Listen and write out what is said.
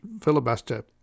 filibuster